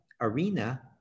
arena